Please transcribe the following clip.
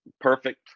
perfect